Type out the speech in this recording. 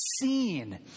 seen